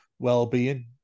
well-being